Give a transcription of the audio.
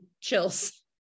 chills